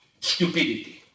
stupidity